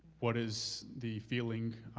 what is the feeling